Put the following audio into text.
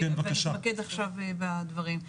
אני אתמקד עכשיו בדברים.